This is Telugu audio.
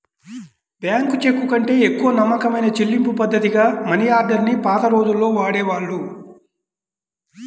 బ్యాంకు చెక్కుకంటే ఎక్కువ నమ్మకమైన చెల్లింపుపద్ధతిగా మనియార్డర్ ని పాత రోజుల్లో వాడేవాళ్ళు